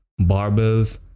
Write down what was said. barbells